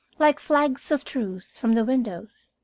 like flags of truce, from the windows.